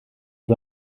bod